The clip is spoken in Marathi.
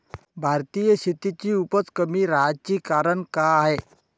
भारतीय शेतीची उपज कमी राहाची कारन का हाय?